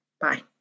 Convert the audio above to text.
Bye